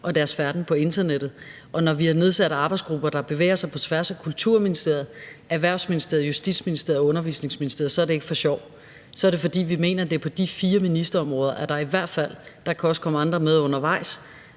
og deres færden på internettet. Og når vi har nedsat arbejdsgrupper, der bevæger sig på tværs af Kulturministeriet, Erhvervsministeriet, Justitsministeriet og Børne- og Undervisningsministeriet, så er det ikke for sjov. Så er det, fordi vi mener, at det er på de fire ministerområder – der kan også komme andre med undervejs